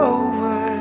over